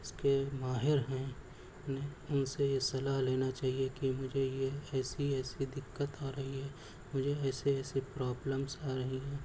اس کے ماہر ہیں انہیں ان سے یہ صلاح لینا چاہیے کہ مجھے ایسی ایسی دقت آ رہی ہے مجھے ایسے ایسے پرابلمس آ رہے ہیں